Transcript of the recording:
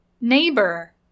Neighbor